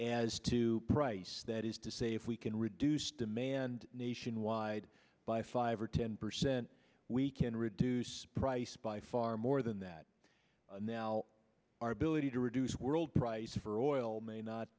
as to price that is to say if we can reduce demand nationwide by five or ten percent we can reduce price by far more than that now our ability to reduce world price for oil may